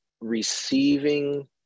receiving